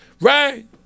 right